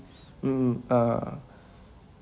mm uh